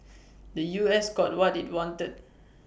the U S got what IT wanted